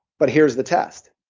but here's the test.